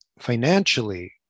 financially